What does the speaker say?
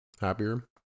happier